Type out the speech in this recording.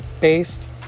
Based